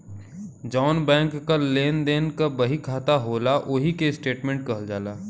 जौन बैंक क लेन देन क बहिखाता होला ओही के स्टेट्मेंट कहल जाला